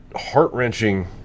heart-wrenching